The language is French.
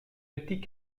petit